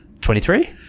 Twenty-three